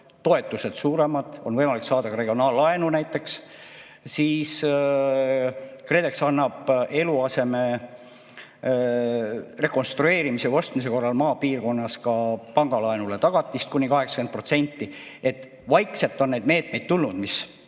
toetused on suuremad ja on võimalik saada ka regionaallaenu. Siis KredEx annab eluaseme rekonstrueerimise või ostmise korral maapiirkonnas ka pangalaenule tagatist kuni 80%. Nii et vaikselt on neid meetmeid tulnud, mis